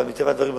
אבל מטבע הדברים,